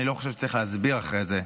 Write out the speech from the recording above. לא חושב שצריך להסביר אחרי זה,